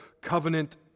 covenant